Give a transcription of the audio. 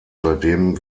seitdem